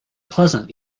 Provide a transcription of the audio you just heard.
pleasant